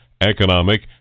economic